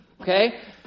Okay